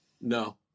No